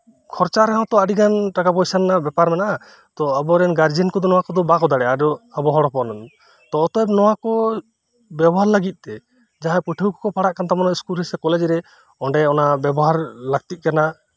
ᱠᱷᱚᱨᱪᱟ ᱨᱮᱦᱚᱸ ᱛᱚ ᱟᱹᱰᱤᱜᱟᱱ ᱴᱟᱠᱟ ᱯᱚᱭᱥᱟ ᱨᱮᱱᱟᱜ ᱵᱮᱯᱟᱨ ᱢᱮᱱᱟᱜᱼᱟ ᱛᱚ ᱟᱵᱚᱨᱮᱱ ᱜᱟᱨᱡᱮᱱ ᱠᱚᱫᱚ ᱱᱚᱶᱟ ᱠᱚ ᱵᱟᱠᱚ ᱫᱟᱲᱮᱭᱟᱜᱼᱟ ᱟᱵᱚ ᱦᱚᱲ ᱦᱚᱯᱚᱱ ᱚᱨᱛᱷᱟᱛ ᱱᱚᱶᱟ ᱠᱚ ᱵᱮᱵᱚᱦᱟᱨ ᱞᱟᱹᱜᱤᱫᱛᱮ ᱡᱟᱦᱟᱸᱭ ᱯᱟᱹᱴᱷᱩᱣᱟᱹ ᱠᱚᱠᱚ ᱯᱟᱲᱦᱟᱜ ᱠᱟᱱ ᱛᱟᱵᱚᱱᱟ ᱥᱠᱩᱞ ᱨᱮᱥᱮ ᱠᱚᱞᱮᱡᱽ ᱨᱮ ᱚᱸᱰᱮ ᱚᱱᱟ ᱵᱮᱵᱚᱦᱟᱨ ᱞᱟᱹᱠᱛᱤᱜ ᱠᱟᱱᱟ